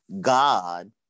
God